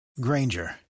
Granger